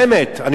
אני אומר,